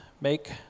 Make